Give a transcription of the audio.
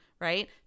right